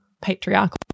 patriarchal